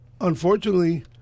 Unfortunately